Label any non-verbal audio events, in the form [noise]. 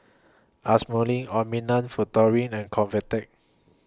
[unintelligible] Futuro and Convatec